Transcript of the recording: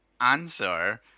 answer